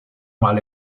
mal